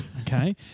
Okay